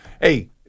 Hey